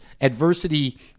adversity